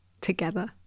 together